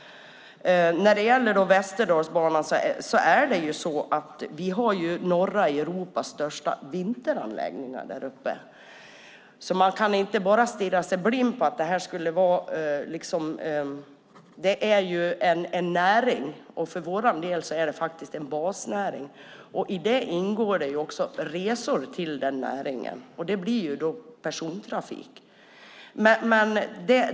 När det gäller Västerdalsbanan har vi norra Europas största vinteranläggningar där uppe. Det är en näring. För vår del är det en basnäring. Det ingår också resor till den näringen. Det blir persontrafik.